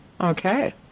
Okay